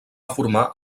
formar